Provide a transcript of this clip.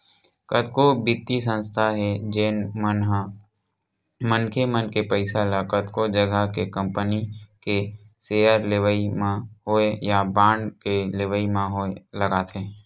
कतको बित्तीय संस्था हे जेन मन ह मनखे मन के पइसा ल कतको जघा के कंपनी के सेयर लेवई म होय या बांड के लेवई म होय लगाथे